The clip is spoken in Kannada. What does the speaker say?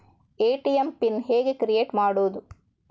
ಎ.ಟಿ.ಎಂ ಪಿನ್ ಹೇಗೆ ಕ್ರಿಯೇಟ್ ಮಾಡುವುದು?